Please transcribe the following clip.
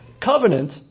covenant